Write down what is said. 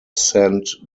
sent